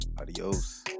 Adios